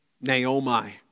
Naomi